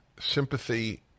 sympathy